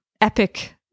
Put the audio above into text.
epic